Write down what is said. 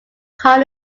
khan